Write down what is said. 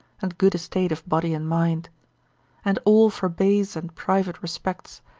and good estate of body and mind and all for base and private respects,